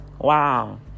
Wow